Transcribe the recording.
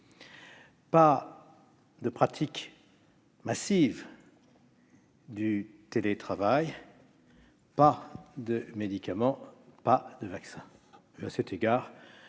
pas de pratique massive du télétravail, pas de médicaments, pas de vaccins.